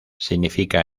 significa